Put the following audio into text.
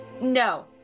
No